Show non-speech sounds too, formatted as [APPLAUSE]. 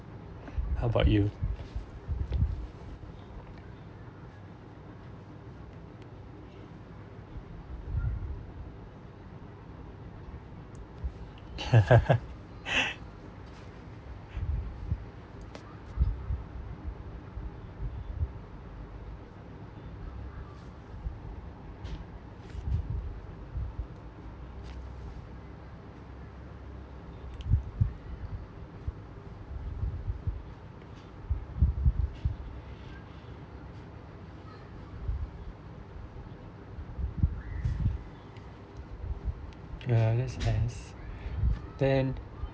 how about you [LAUGHS] ya that's nice then